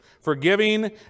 Forgiving